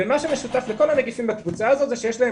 ומה שמשותף לכל הנגיפים בקבוצה הזאת הוא שיש להם